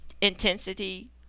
intensity